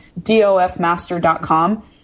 dofmaster.com